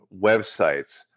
websites